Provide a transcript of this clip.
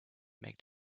make